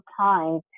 time